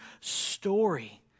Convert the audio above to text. story